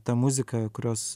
ta muzika kurios